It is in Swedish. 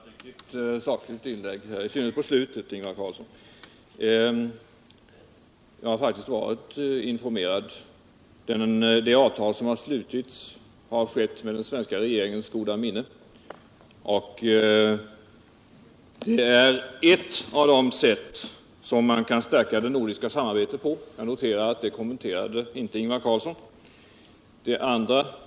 Herr talman! Nu fick vi höra ett sakligt inlägg, i synnerhet på slutet, Ingvar Carlsson. Jag har faktiskt varit informerad. Det avtal det här gäller har slutits med den svenska regeringens vetskap. Detta är ett av de sätt på vilka man kan stärka det nordiska samarbetet. Jag noterar att Ingvar Carlsson inte kommenterade den saken.